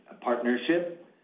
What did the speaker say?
partnership